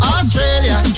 Australia